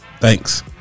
Thanks